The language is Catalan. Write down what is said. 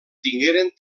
tingueren